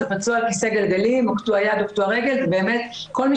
זה פצוע על כיסא גלגלים או קטוע יד או קטוע רגל ובאמת כל מי